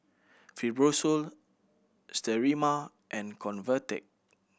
Fibrosol Sterimar and Convatec